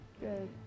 Good